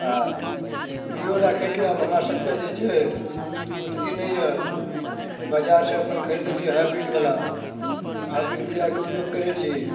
आ बीओ राखैके आब हमरा सभकेँ जे छै ओते नहि यऽ बाजारसँ खरीद लै छी हाइब्रिड वला हाइब्रिड बिआके उपयोग करै छी